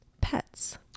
pets